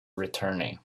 returning